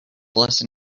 lesson